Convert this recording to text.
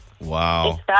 Wow